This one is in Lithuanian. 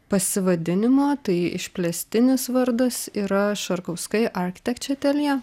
pasivadinimo tai išplėstinis vardas yra šarkauskai architecture atelier